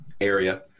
area